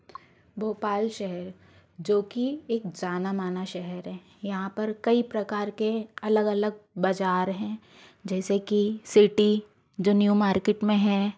भोपाल शहर जो कि एक जाना माना शहर है यहाँ पर कई प्रकार के अलग अलग बजार हैं जैसे कि सिटी जो न्यू मार्किट में है